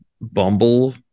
Bumble